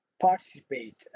participate